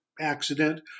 accident